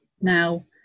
now